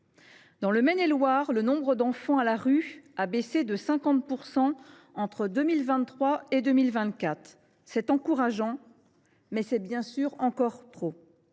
Dans le Maine et Loire, le nombre d’enfants à la rue a diminué de 50 % entre 2023 et 2024. C’est encourageant, mais c’est encore